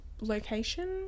location